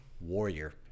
Warrior